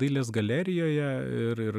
dailės galerijoje ir ir